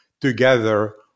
Together